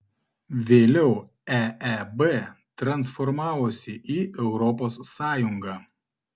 vėliau eeb transformavosi į europos sąjungą